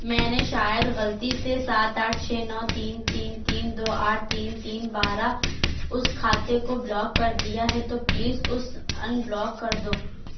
میں نے شاید غلطی سے سات آٹھ چھ نو تین تین تین دو آٹھ تین تین بارہ اس کھاتے کو بلاک کر دیا ہے تو پلیز اس انبلاک کر دو